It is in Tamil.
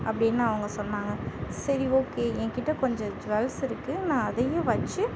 அப்படின்னு அவங்க சொன்னாங்க சரி ஓகே என்கிட்ட கொஞ்சம் ஜுவல்ஸ் இருக்கு நான் அதையும் வச்சு